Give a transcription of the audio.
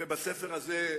ובספר הזה,